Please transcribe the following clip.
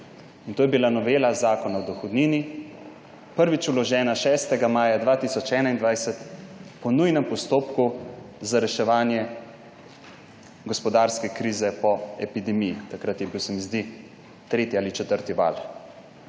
to je bila novela Zakona o dohodnini, prvič vložena 6. maja 2021 po nujnem postopku, za reševanje gospodarske krize po epidemiji. Takrat je bil, se mi zdi, tretji ali četrti val.